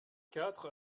quatre